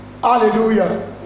Hallelujah